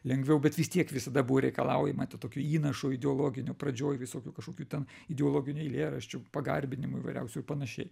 lengviau bet vis tiek visada buvo reikalaujama to tokio įnašo ideologinio pradžioj visokių kažkokių ten ideologinių eilėraščių pagarbinimų įvairiausių ir panašiai